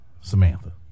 Samantha